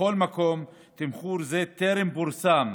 מכל מקום, תמחור זה טרם פורסם